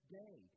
day